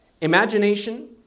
Imagination